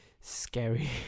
scary